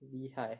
厉害